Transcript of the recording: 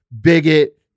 bigot